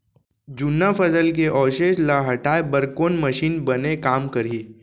जुन्ना फसल के अवशेष ला हटाए बर कोन मशीन बने काम करही?